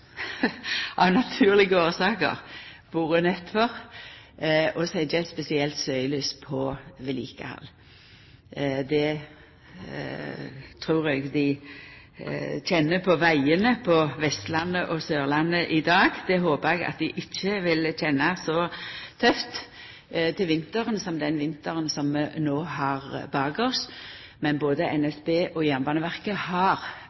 av naturlege årsaker vore nøydde til å setja eit spesielt søkjelys på vedlikehald. Eg trur dei kjenner snøen på vegane akkurat i dag, på Vestlandet og Sørlandet. Eg håpar at dei ikkje vil kjenna det så tøft til vinteren som den vinteren vi har bak oss. Men både NSB og Jernbaneverket har